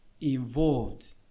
involved